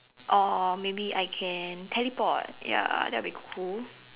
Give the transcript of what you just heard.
or maybe I can teleport ya that will be cool